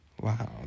Wow